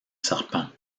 serpent